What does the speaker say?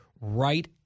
right